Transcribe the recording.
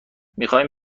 میخایم